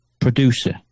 Producer